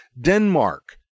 Denmark